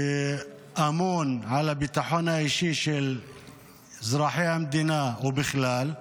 שאמון על הביטחון האישי של אזרחי המדינה ובכלל,